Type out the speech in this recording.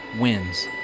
wins